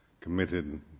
committed